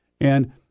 And-